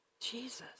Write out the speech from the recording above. Jesus